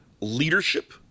leadership